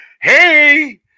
hey